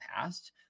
past